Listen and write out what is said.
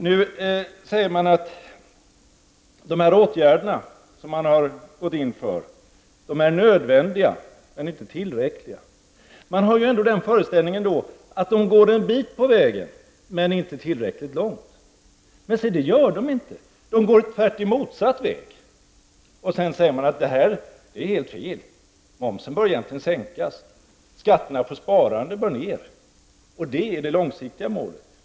Nu säger man att de här åtgärderna som man gått in för är nödvändiga men inte tillräckliga. Det ger ju ändå den föreställningen att de går en bit på vägen, men inte tillräckligt långt. Men så är det inte, de går motsatt väg. Och sedan säger man att det här är helt fel, momsen bör egentligen sänkas, skatterna på sparande bör ner — det är det långsiktiga målet.